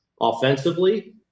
offensively